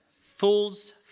Fools